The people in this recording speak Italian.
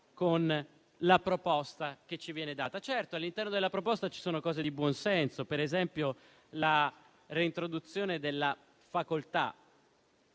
con la proposta che ci viene data. Certamente all'interno della proposta ci sono cose di buon senso, come per esempio la reintroduzione della facoltà